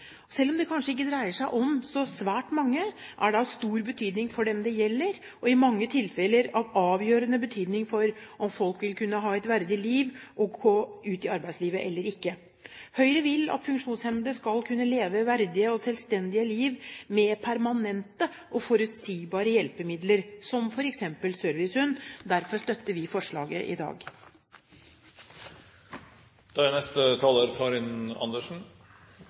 Selv om det kanskje ikke dreier seg om så svært mange, er det av stor betydning for dem det gjelder, og i mange tilfeller av avgjørende betydning for om folk vil kunne ha et verdig liv og gå ut i arbeidslivet eller ikke. Høyre vil at funksjonshemmede skal kunne leve verdige og selvstendige liv med permanente og forutsigbare hjelpemidler, som f.eks. servicehund. Derfor støtter vi forslaget i